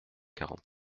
quarante